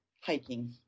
hiking